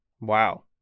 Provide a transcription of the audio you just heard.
wow